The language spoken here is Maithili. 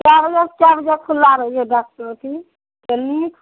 कै बजेसे कै बजे खुल्ला रहैए डॉकटरके किलनिक